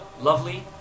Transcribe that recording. lovely